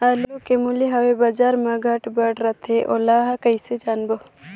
आलू के मूल्य हवे बजार मा घाट बढ़ा रथे ओला कइसे जानबो?